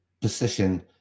position